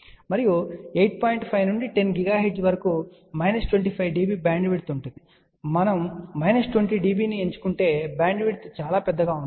5 నుండి 10 GHz వరకు minus 25 dB bandwidth ఉంటుంది మనం మైనస్ 20 dB ని ఎంచుకుంటే బ్యాండ్విడ్త్ చాలా పెద్దదిగా ఉంటుంది